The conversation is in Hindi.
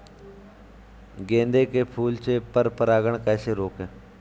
गेंदे के फूल से पर परागण कैसे रोकें?